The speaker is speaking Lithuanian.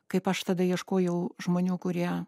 kaip aš tada ieškojau žmonių kurie